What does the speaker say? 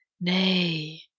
Nay